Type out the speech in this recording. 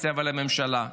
בקואליציה ולממשלה: